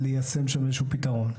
ליישם איזשהו פתרון.